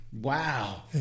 Wow